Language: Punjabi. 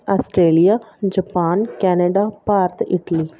Australia Japan Canada Bharat Italy